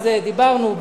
אז דיברנו,